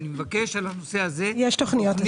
אני מבקש על הנושא הזה תכנית.